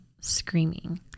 screaming